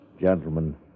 Gentlemen